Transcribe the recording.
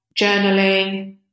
journaling